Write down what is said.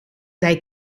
they